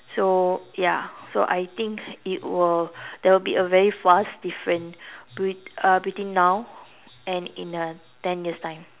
so ya so I think it will there will be a very vast different bet~ uh between now and in uh ten years time